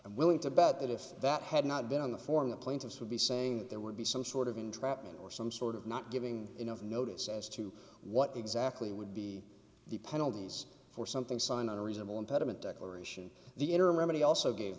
i'm willing to bet that if that had not been on the form the plaintiffs would be saying that there would be some sort of entrapment or some sort of not giving enough notice as to what exactly would be the penalties for something signed on a reasonable impediment declaration the interim remedy also gave